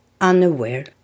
unaware